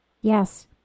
Yes